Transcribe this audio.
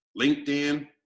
LinkedIn